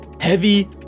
heavy